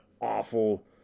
awful